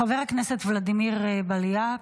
חבר הכנסת ולדימיר בליאק,